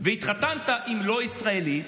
והתחתנת עם לא ישראלית,